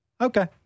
Okay